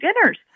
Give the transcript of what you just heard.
dinners